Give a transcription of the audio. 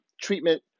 treatment